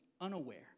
unaware